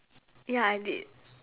ya I did